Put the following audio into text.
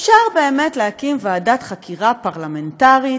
אפשר באמת להקים ועדת חקירה פרלמנטרית